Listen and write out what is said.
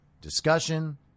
discussion